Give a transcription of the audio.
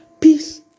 Peace